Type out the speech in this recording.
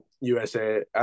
USA